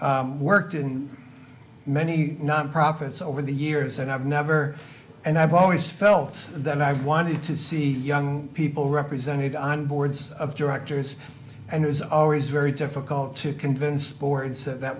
have worked in many non profits over the years and i've never and i've always felt that i wanted to see young people represented on boards of directors and it was always very difficult to convince boards that